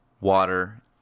water